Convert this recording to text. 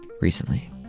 recently